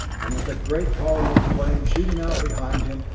and with a great column of flame shooting out behind him,